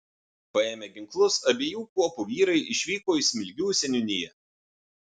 paėmę ginklus abiejų kuopų vyrai išvyko į smilgių seniūniją